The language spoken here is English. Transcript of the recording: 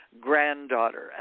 granddaughter